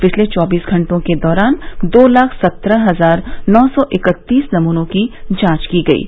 पिछले चौबीस घंटे के दौरान दो लाख सत्रह हजार नौ सौ इकत्तीस नमूनों की जांच की गई है